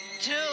Two